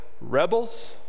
rebels